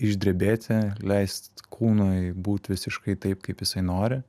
išdrebėti leist kūnui būt visiškai taip kaip jisai nori